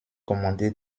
commandé